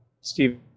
Steve